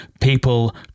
people